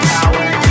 power